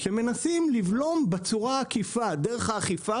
שמנסים לבלום בצורה עקיפה דרך האכיפה